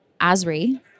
ASRI